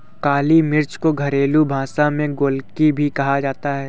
काली मिर्च को घरेलु भाषा में गोलकी भी कहा जाता है